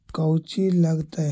कौची लगतय?